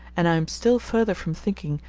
and i am still further from thinking,